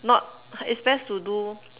not it's best to do